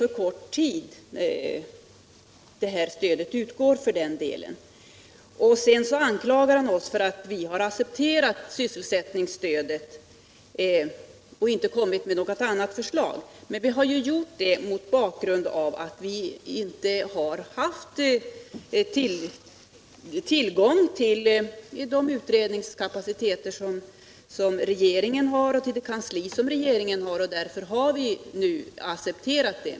Det skulle dessutom komma att utgå under en alltför kort tid. Herr Wirtén anklagar oss vidare för att vi har accepterat sysselsättningsstödet och att vi inte har kommit med något annat förslag. Vi har emellertid inte haft tillgång till den utredningskapacitet och de kanslier som regeringen har när det gäller frågan om detta stöd, och därför har vi accepterat det.